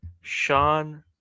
Sean